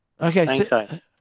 Okay